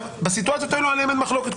לגבי הסיטואציות הללו אין מחלוקת,